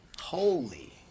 Holy